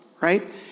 right